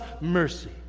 mercy